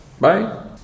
Bye